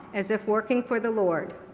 as if working for the lord,